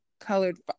colored